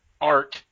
art